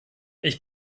ich